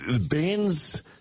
bands